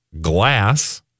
glass